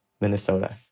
Minnesota